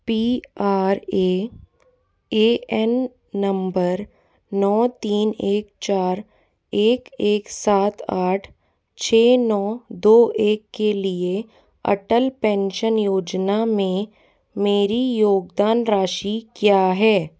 P R A A N number नौ तीन एक चार एक एक सात आठ छः नौ दो एक के लिए अटल पेंशन योजना में मेरी योगदान राशि क्या है